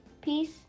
peace